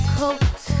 coat